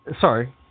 sorry